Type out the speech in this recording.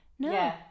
No